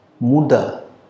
Muda